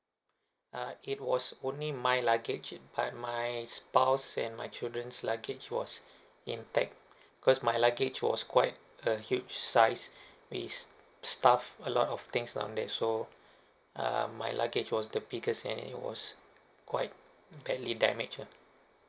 uh it was only my luggage but my spouse and my children's luggage was intact because my luggage was quite a huge size we stuffed a lot of things on there so um my luggage was the biggest and it was quite badly damaged lah